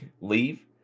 leave